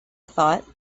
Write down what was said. thought